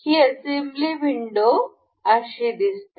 ही assembly window अशी दिसते